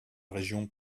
région